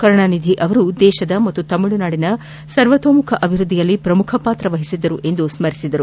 ಕರುಣಾನಿಧಿ ಅವರು ದೇಶದ ಹಾಗೂ ತಮಿಳುನಾಡಿನ ಸರ್ವತೋಮುಖ ಅಭಿವೃದ್ದಿಯಲ್ಲಿ ಪ್ರಮುಖ ಪಾತ್ರವಹಿಸಿದ್ದರು ಎಂದು ಸ್ಥರಿಸಿದರು